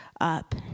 up